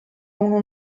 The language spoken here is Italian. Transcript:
uno